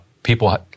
People